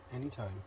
anytime